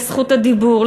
לזכות הדיבור,